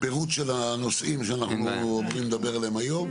פירוט של הנושאים שאנחנו אמורים לדבר עליהם היום.